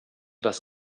was